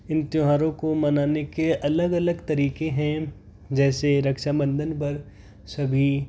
इन त्यौहारों को मनाने के अलग अलग तरीके हैं जैसे रक्षाबंधन पर सभी